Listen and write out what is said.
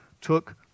took